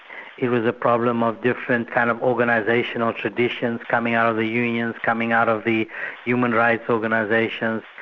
it was a problem of different kind of organisational traditions coming out of the unions, coming out of the human rights organisations,